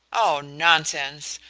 oh, nonsense!